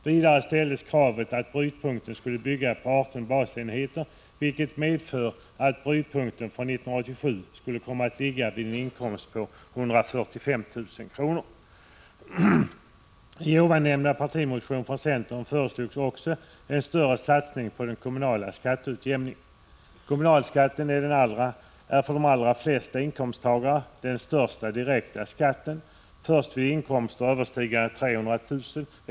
Vidare ställdes kravet att ”brytpunkten” skulle bygga på 18 basenheter, vilket medför att brytpunkten från 1987 skulle komma att ligga vid en inkomst på 145 000 kr. I nämnda partimotion från centern föreslogs också en större satsning på den kommunala skatteutjämningen. Kommunalskatten är för de allra flesta inkomsttagare den största direkta skatten. Först vid inkomster överstigande 300 000 kr.